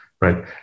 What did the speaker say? right